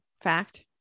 fact